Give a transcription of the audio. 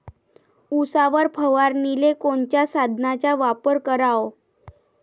उसावर फवारनीले कोनच्या साधनाचा वापर कराव?